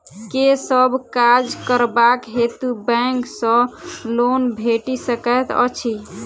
केँ सब काज करबाक हेतु बैंक सँ लोन भेटि सकैत अछि?